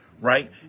right